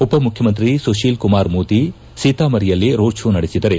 ಉಪಮುಖ್ಯಮಂತ್ರಿ ಸುತೀಲ್ ಕುಮಾರ್ ಮೋದಿ ಸೀತಾಮರಿಯಲ್ಲಿ road show ನಡೆಸಿದರೆ